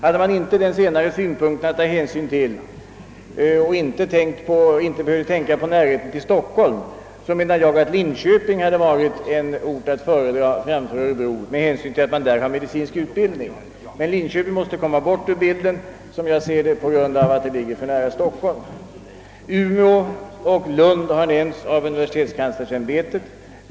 Om man inte hade den senare synpunkten att ta hänsyn till och inte behövde tänka på närheten till Stockholm hade Linköping varit en ort att föredraga framför Örebro, med hänsyn till att i Linköping bedrives medicinsk utbildning. Men Linköping måste enligt min uppfattning komma bort ur bilden på grund av närheten till Stockholm. Umeå och Lund har nämnts av universitetskanslersämbetet.